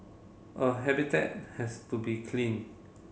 a habitat has to be clean